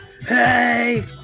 Hey